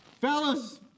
Fellas